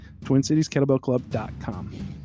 TwinCitiesKettlebellClub.com